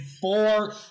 four